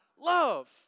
love